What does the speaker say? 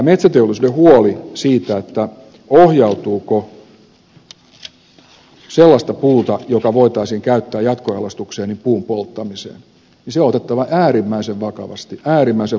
kyllä metsäteollisuuden huoli siitä ohjautuuko sellaista puuta joka voitaisiin käyttää jatkojalostukseen puun polttamiseen on otettava äärimmäisen vakavasti äärimmäisen vakavasti